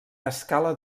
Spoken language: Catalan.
escala